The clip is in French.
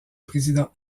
président